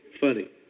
Funny